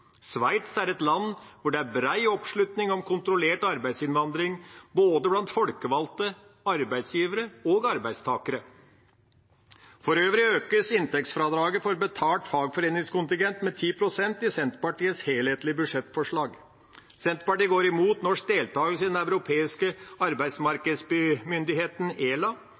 Sveits er et land hvor det er bred oppslutning om kontrollert arbeidsinnvandring blant både folkevalgte, arbeidsgivere og arbeidstakere. For øvrig økes inntektsfradraget for betalt fagforeningskontingent med 10 pst. i Senterpartiets helhetlige budsjettforslag. Senterpartiet går imot norsk deltakelse i Den europeiske arbeidsmarkedsmyndigheten, ELA.